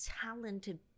talented